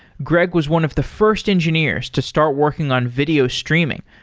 greg was one of the first engineers to start working on video streaming,